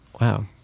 Wow